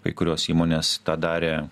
kai kurios įmonės tą darė